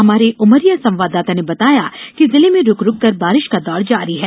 हमारे उमरिया संवाददाता ने बताया है कि जिले में रूक रूककर बारिश का दौर जारी है